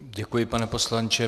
Děkuji, pane poslanče.